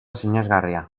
sinesgarria